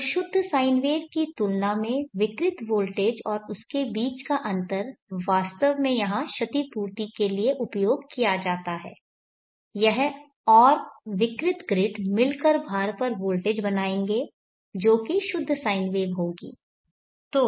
तो शुद्ध साइन की तुलना में विकृत वोल्टेज और उनके बीच का अंतर वास्तव में यहां क्षतिपूर्ति के लिए उपयोग किया जाता है यह और विकृत ग्रिड मिलकर भार पर वोल्टेज बनाएंगे जो कि शुद्ध साइन वेव होगी